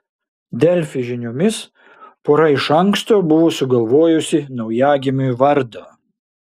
delfi žiniomis pora iš anksto buvo sugalvojusi naujagimiui vardą